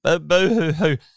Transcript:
Boo-hoo-hoo